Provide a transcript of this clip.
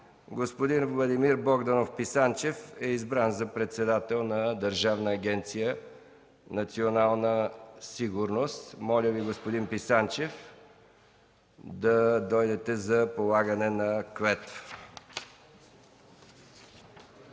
господин Владимир Богданов Писанчев е избран за председател на Държавна агенция „Национална сигурност”. Моля господин Писанчев да дойде за полагане на